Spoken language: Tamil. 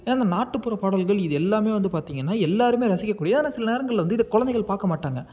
ஏன்னா இந்த நாட்டுப்புற பாடல்கள் இது எல்லாம் வந்து பார்த்திங்கனா எல்லோருமே ரசிக்க கூடிய ஏன்னா சில நேரங்களில் வந்து இதை குழந்தைகள் பார்க்கமாட்டாங்க